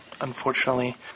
unfortunately